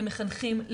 למחנכים,